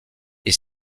est